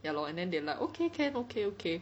ya lor and then they like okay can okay okay